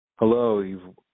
Hello